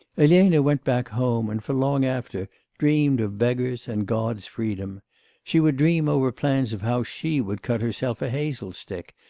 elena went back home, and for long after dreamed of beggars and god's freedom she would dream over plans of how she would cut herself a hazel stick,